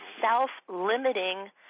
self-limiting